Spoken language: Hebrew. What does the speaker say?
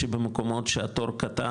שבמקומות שהתור קטן,